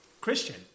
Christian